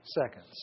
seconds